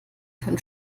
können